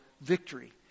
victory